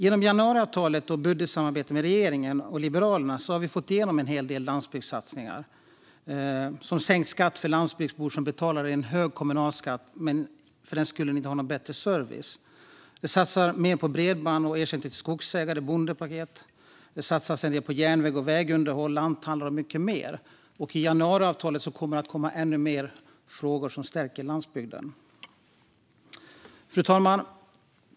Genom januariavtalet och budgetsamarbetet med regeringen och Liberalerna har vi fått igenom en hel del landsbygdssatsningar som sänkt skatt för landsbygdsbor, som betalar en hög kommunalskatt utan att för den skull få någon bättre service. Det satsas mer på bredband, ersättning till skogsägare och bondepaket. Det satsas en del på järnvägs och vägunderhåll, lanthandlare och mycket mer. I januariavtalet kommer det att komma ännu fler frågor som stärker landsbygden. Fru talman!